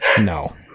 no